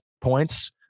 points